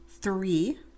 three